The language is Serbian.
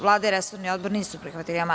Vlada i resorni odbor nisu prihvatili amandman.